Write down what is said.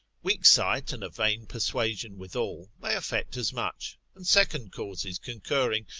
weak sight and a vain persuasion withal, may effect as much, and second causes concurring,